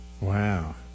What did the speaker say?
Wow